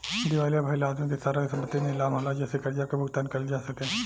दिवालिया भईल आदमी के सारा संपत्ति नीलाम होला जेसे कर्जा के भुगतान कईल जा सके